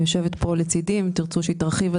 היא יושבת כאן לצדי ואם תרצו שהיא תרחיב,